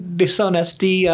dishonesty